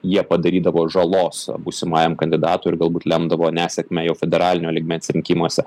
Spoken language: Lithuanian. jie padarydavo žalos būsimajam kandidatui ir galbūt lemdavo nesėkmę jau federalinio lygmens rinkimuose